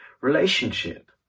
relationship